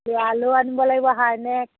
ইয়ালেও আনিব লাগিব হাইনেক